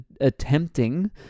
attempting